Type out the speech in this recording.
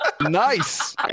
Nice